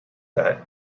that